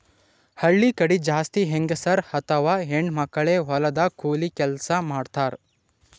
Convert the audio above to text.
ಹಳ್ಳಿ ಕಡಿ ಜಾಸ್ತಿ ಹೆಂಗಸರ್ ಅಥವಾ ಹೆಣ್ಣ್ ಮಕ್ಕಳೇ ಹೊಲದಾಗ್ ಕೂಲಿ ಕೆಲ್ಸ್ ಮಾಡ್ತಾರ್